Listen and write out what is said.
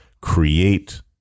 create